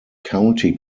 county